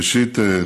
ראשית,